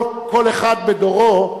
כל אחד בדורו,